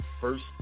first